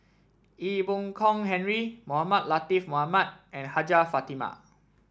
Ee Boon Kong Henry Mohamed Latiff Mohamed and Hajjah Fatimah